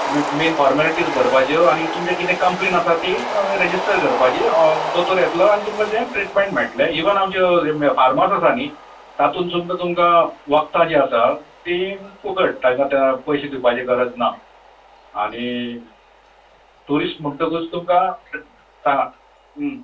तुमी main formalities भरपाच्यो आनी तुमचें कितें कंप्लेन आसा ती रॅजिस्टर करपाची ऑन दोतोर येतलो आनी तुमकां ते ट्रिटमॅण मेळट्ले इवन आमच्यो फार्मास आसा न्हय तातून तुमकां तुमकां वखदां जीं आसा तीं फुकट ताजे आतां पयशे दिवपाची गरज ना आनी टुरिश्ट म्हणटकच तुमकां सांगांत